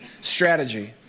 strategy